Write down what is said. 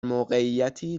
موقعیتی